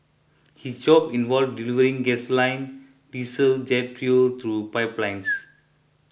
his job involved delivering gasoline diesel jet fuel through pipelines